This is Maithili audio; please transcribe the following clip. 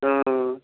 ओऽ